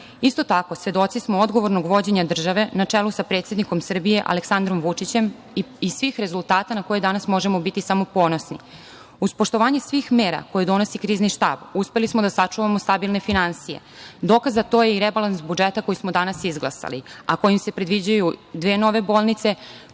tako, svedoci smo odgovornog vođenja države na čelu sa predsednikom Srbije Aleksandrom Vučićem i svih rezultata na koje danas možemo biti samo ponosni. Uz poštovanje svih mera koje donosi Krizni štab uspeli smo da sačuvamo stabilne finansije. Dokaz za to je i rebalans budžeta koji smo danas izglasali, a kojim se predviđaju dve nove bolnice,